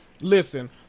Listen